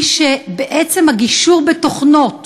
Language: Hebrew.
זה שבעצם הגישור בתוכנות